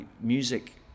music